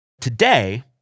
Today